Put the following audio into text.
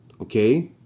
okay